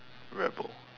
rebelled